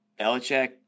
Belichick